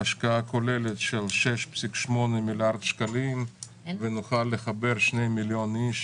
זו השקעה כוללת של 6.8 מיליארד שקלים ונוכל לחבר 2 מיליון איש